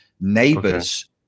neighbors